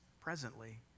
presently